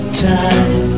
time